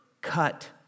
cut